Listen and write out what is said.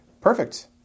Perfect